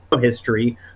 history